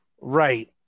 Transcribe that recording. Right